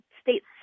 states